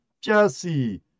Jesse